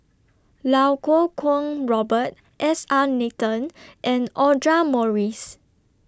Lau Kuo Kwong Robert S R Nathan and Audra Morrice